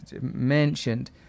mentioned